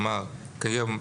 היום,